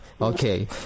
okay